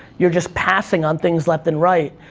you're just passing on things left and right.